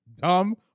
dumb